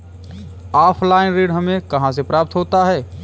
Offline ऋण हमें कहां से प्राप्त होता है?